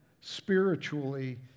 spiritually